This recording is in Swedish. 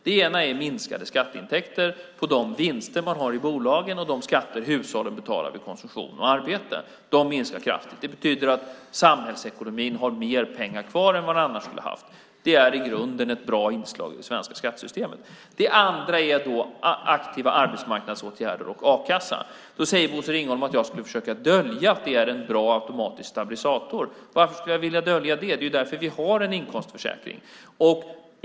Det ena är minskade skatteintäkter på de vinster man har i bolagen och de skatter hushållen betalar för konsumtion och arbete. De minskar kraftigt. Det betyder att samhällsekonomin har mer pengar kvar än den annars skulle ha haft. Det är i grunden ett bra inslag i det svenska skattesystemet. Det andra är aktiva arbetsmarknadsåtgärder och a-kassa. Då säger Bosse Ringholm att jag skulle försöka dölja att det är en bra automatisk stabilisator. Varför skulle jag vilja dölja det? Det är därför vi har en inkomstförsäkring.